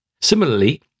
Similarly